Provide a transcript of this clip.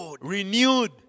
renewed